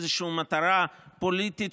מתוך איזושהי מטרה פוליטית,